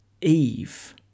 Eve